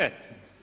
Eto.